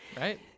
right